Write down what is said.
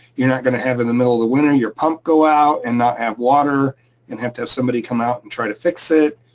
you're not gonna have in the middle of the winter your pump go out and not have water and have to have somebody come out and try to fix it.